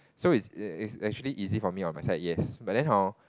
so it's it's actually easy for me on my side yes but then hor